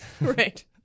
right